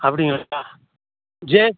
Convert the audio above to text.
அப்படிங்களா ஜே